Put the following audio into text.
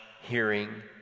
hearing